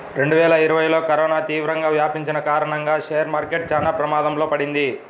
రెండువేల ఇరవైలో కరోనా తీవ్రంగా వ్యాపించిన కారణంగా షేర్ మార్కెట్ చానా ప్రమాదంలో పడింది